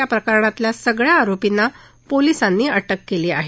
या प्रकरणातल्या सगळ्या आरोपीना पोलिसांनी अटक केली आहे